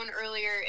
earlier